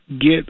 get